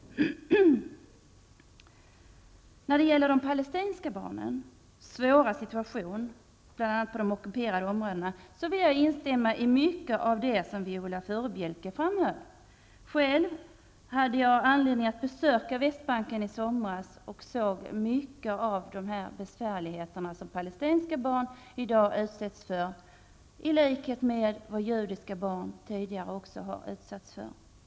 När det gäller de palestinska barnens svåra situation, bl.a. på de ockuperade områdena, vill jag instämma i mycket av det som Viola Furubjelke framhöll. Själv hade jag anledning att besöka Västbanken i somras, och jag såg de besvärligheter som de palestinska barnen i dag utsätts för, i likhet med vad de judiska barnen tidigare har utsatts för.